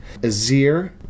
Azir